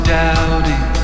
doubting